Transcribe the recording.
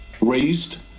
raised